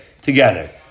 together